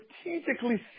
strategically